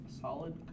solid